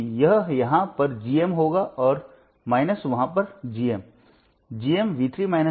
तो यह यहाँ पर Gm होगा और वहाँ पर Gm GM GM